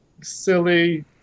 silly